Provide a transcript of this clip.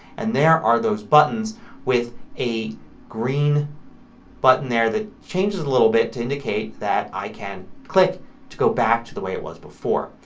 and there are those buttons with a green button there that changes a little bit to indicate that i can click to go back to the way it was before.